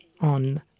on